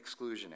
exclusionary